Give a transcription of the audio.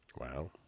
Wow